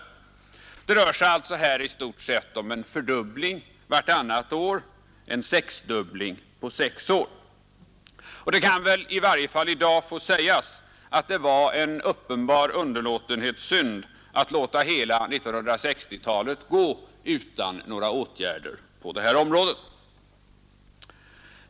Det rör sig alltså här om i stort sett en fördubbling vartannat år och om sexdubbling på sex år. Det kan väl redan i dag få sägas att det var en uppenbar underlåtenhetssynd att låta hela 1960-talet gå utan några åtgärder på det här området.